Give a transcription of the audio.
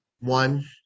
one